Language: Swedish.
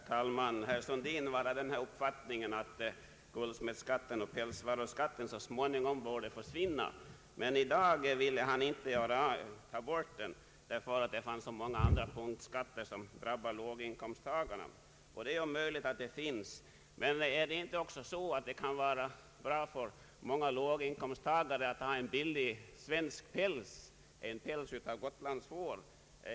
Herr talman! Herr Sundin var av den uppfattningen att guldsmedskatten och pälsvaruskatten så småningom borde försvinna, men i dag vill han inte ta bort dem, eftersom det finns många andra punktskatter som drabbar låginkomsttagarna. Det är möjligt att det förhåller sig så, men kan det inte också vara bra för låginkomsttagare att ha en billig svensk päls, en päls av Gotlandsfår?